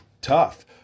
tough